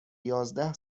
یازده